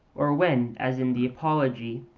or when, as in the apology,